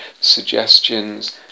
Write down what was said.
suggestions